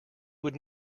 would